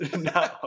No